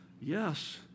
yes